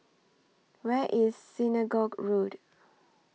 Where IS Synagogue Road